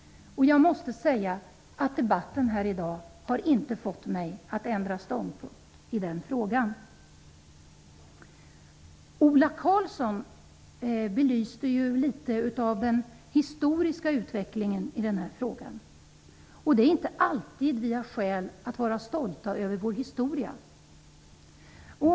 Jag måste säga att debatten här i dag inte har fått mig att ändra ståndpunkt i denna fråga. Ola Karlsson belyste ju litet av den historiska utvecklingen av denna fråga. Det är inte alltid som vi har skäl att vara stolta över vår historia.